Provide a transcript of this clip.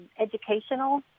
educational